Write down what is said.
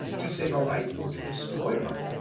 to save a life, or to destroy one?